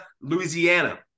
Louisiana